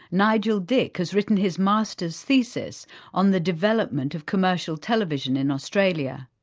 nigel dick has written his master's thesis on the development of commercial television in australia.